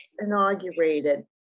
inaugurated